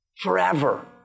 forever